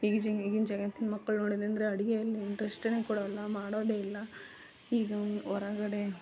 ಈಗಿಜಿಂಗ್ ಈಗಿನ ಜಗತ್ತಿನ ಮಕ್ಕಳು ನೋಡಿದೆನೆಂದ್ರೆ ಅಡುಗೆಯಲ್ಲಿ ಇಂಟ್ರೆಸ್ಟೆನೇ ಕೊಡೋಲ್ಲ ಮಾಡೋದೆ ಇಲ್ಲ ಈಗ ಒಂದು ಹೊರಗಡೆ